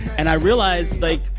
and i realized, like,